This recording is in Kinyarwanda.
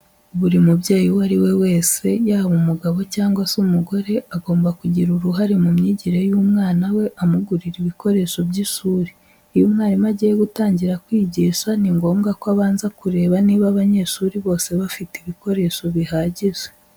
Buri mubyeyi uwo ari we wese yaba umugabo cyangwa se umugore, agomba kugira uruhare mu myigire y'umwana we amugurira ibikoresho by'ishuri. Iyo umwarimu agiye gutangira kwigisha ni ngombwa ko abanza kureba niba abanyeshuri bose bafite ibikoresho bihagije.